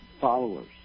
followers